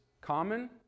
common